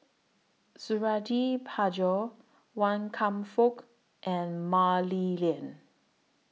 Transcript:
Suradi Parjo Wan Kam Fook and Mah Li Lian